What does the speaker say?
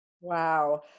Wow